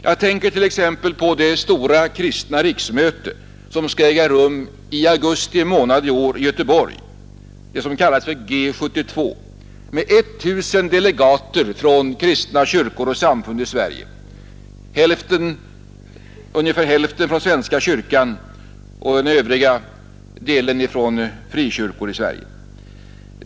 Jag tänker t.ex. på det stora kristna riksmöte som skall äga rum i augusti i år i Göteborg — det kallas för ”G-72” — med 1000 delegater från kristna kyrkor och samfund i Sverige, ungefär hälften från svenska kyrkan och den övriga delen från frikyrkor i Sverige.